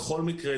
בכל מקרה,